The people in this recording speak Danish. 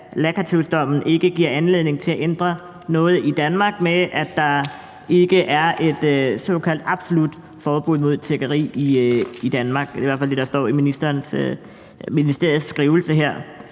at Lacatusdommen ikke giver anledning til at ændre noget i Danmark, at der ikke er et såkaldt absolut forbud mod tiggeri i Danmark – det er hvert fald det, der står i ministeriets skrivelse her.